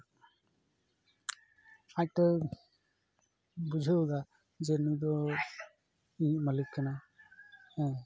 ᱟᱡᱛᱚ ᱵᱩᱡᱷᱟᱹᱣᱫᱟ ᱡᱮ ᱱᱩᱭ ᱫᱚ ᱤᱧᱤᱡ ᱢᱟᱞᱤᱠ ᱠᱟᱱᱟᱭ